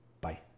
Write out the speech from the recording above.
Bye